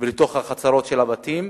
ולתוך החצרות של הבתים,